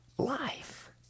life